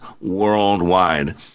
worldwide